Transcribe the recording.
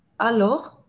Alors